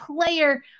player